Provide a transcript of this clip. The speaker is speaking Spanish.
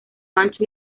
ancho